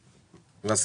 שלום לכולם,